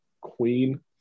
queen